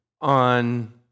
on